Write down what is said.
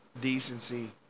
decency